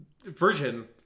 Version